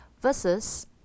versus